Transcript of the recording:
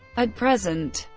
at present,